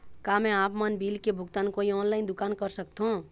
का मैं आपमन बिल के भुगतान कोई ऑनलाइन दुकान कर सकथों?